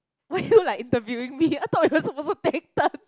why you like interviewing I thought we suppose to take turns